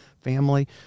family